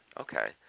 okay